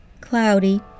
cloudy